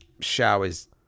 showers